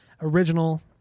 original